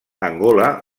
angola